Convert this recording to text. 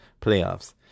playoffs